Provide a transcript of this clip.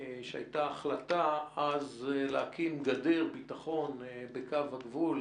שהייתה החלטה אז להקים גדר ביטחון בקו הגבול.